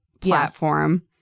platform